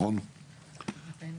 אוקיי.